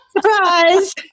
Surprise